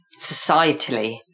societally